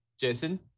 Jason